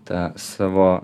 tą savo